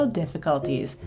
difficulties